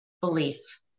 Belief